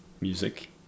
music